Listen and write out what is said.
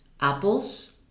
apples